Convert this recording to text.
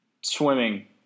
swimming